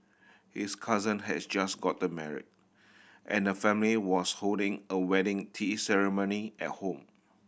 his cousin had just gotten married and the family was holding a wedding tea ceremony at home